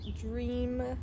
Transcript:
Dream